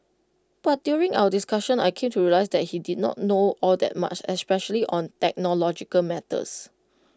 but during our discussion I came to realise that he did not know all that much especially on technological matters